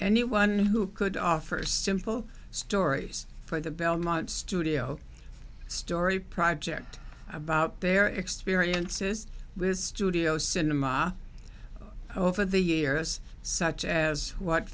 anyone who could offer simple stories for the belmont studio story project about their experiences with studio cinema over the years such as what